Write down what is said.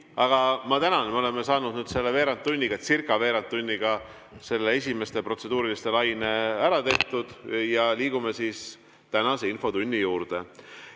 ma tänan. Me oleme saanud veerand tunniga, circaveerand tunniga selle esimese protseduuriliste laine ära tehtud ja liigume tänase infotunni juurde.